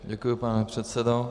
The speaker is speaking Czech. Děkuji, pane předsedo.